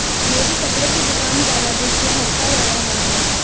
मेरी कपड़े की दुकान का राजस्व घटता जा रहा है